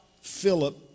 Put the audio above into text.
Philip